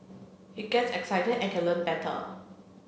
he gets excited and can learn better